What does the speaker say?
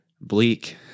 bleak